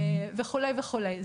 וכולי וכולי.